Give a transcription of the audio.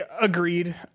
agreed